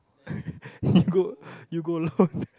you go you go alone